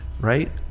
right